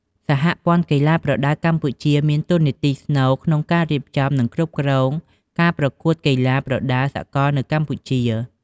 សហព័ន្ធកីឡាប្រដាល់កម្ពុជា មានតួនាទីស្នូលក្នុងការរៀបចំ និងគ្រប់គ្រងការប្រកួតកីឡាប្រដាល់សកលនៅកម្ពុជា។